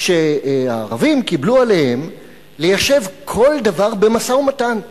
שהערבים קיבלו עליהם ליישב כל דבר במשא-ומתן,